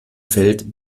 feld